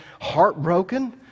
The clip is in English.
heartbroken